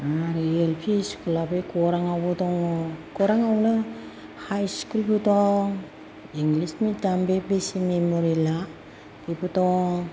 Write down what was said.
आरो एलफि स्कुला बै ग'रां आवबो दङ ग'रां आवनो हाइ स्कुलबो दं इंलिस मिडियामबो बे सि मेम'रियेला बेबो दं